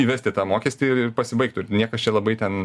įvesti tą mokestį ir ir pasibaigtų ir niekas čia labai ten